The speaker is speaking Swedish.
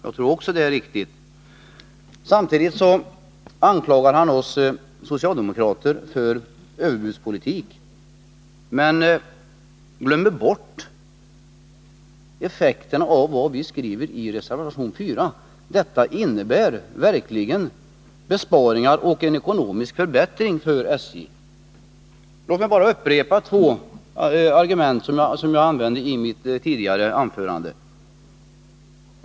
Jag tror att även detta är riktigt. Samtidigt anklagar han emellertid oss socialdemokrater för överbudspolitik. Han glömmer då bort vad effekten skulle bli av det vi skriver i reservation nr 4. Det innebär verkligen besparingar och en ekonomisk förbättring för SJ. Låt mig bara upprepa två argument som jag använde i mitt tidigare anförande.